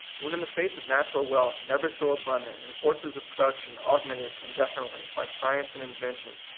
when in the face of natural wealth, never so abundant, and forces of produc tion augmented indefinitely by science and invention,